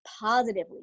positively